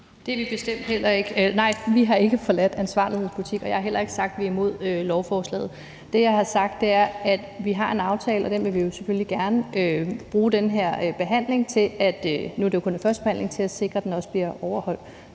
Det er vi bestemt heller ikke. Nej, vi har ikke forladt ansvarlighedens politik, og jeg har heller ikke sagt, vi er imod lovforslaget. Det, jeg har sagt, er, at vi har en aftale, og vi vil jo selvfølgelig gerne bruge den her behandling – nu er det jo kun en førstebehandling – til at sikre, at den også bliver overholdt.